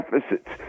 deficits